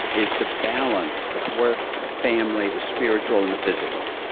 is to balance the work, the family, the spiritual and the physical.